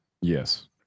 yes